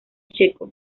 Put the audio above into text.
checo